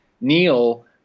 Neil